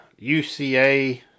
UCA